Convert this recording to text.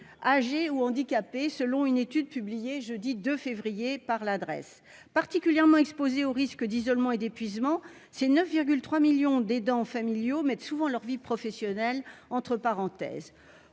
âgé ou handicapé, selon une étude publiée jeudi 2 février par la Drees. Particulièrement exposés au risque d'isolement et d'épuisement, ces 9,3 millions d'aidants familiaux mettent souvent leur vie professionnelle entre parenthèses.